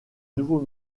nouveau